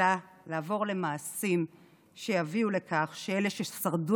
אלא לעבור למעשים שיביאו לכך שאלה ששרדו